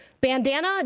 Bandana